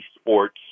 sports